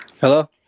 Hello